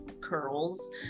curls